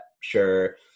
sure